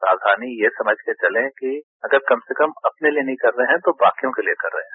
सावधानी ये समझ के चलें कि अगर कम से कम अपने लिए नहीं कर रहे हैं तो बाकियों के लिए कर रहे हैं